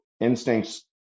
instincts